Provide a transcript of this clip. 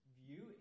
view